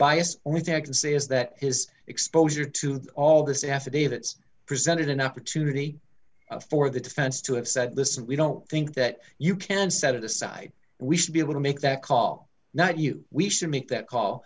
bias only thing i can say is that his exposure to all this affidavits presented an opportunity for the defense to have said listen we don't think that you can set it aside we should be able to make that call not you we should make that call